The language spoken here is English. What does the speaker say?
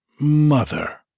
mother